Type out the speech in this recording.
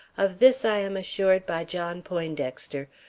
of this i am assured by john poindexter,